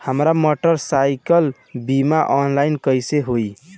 हमार मोटर साईकीलके बीमा ऑनलाइन कैसे होई?